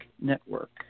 Network